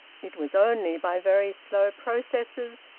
it was only by very slow processes,